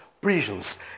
prisons